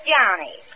Johnny